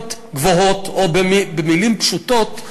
סוציו-אקונומיות גבוהות, או במילים פשוטות: